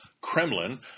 Kremlin